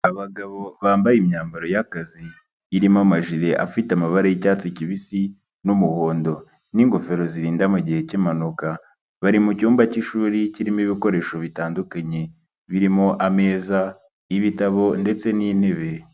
Abagabo bambaye imyambaro y'akazi irimo amajile afite amabababa y'icyatsi kibisi n'umuhondo n'ingofero zirinda mu gihe cy'impanuka. Bari mu cyumba cy'ishuri kirimo ibikoresho bitandukanye, birimo ameza y'ibitabo ndetse n'intebe.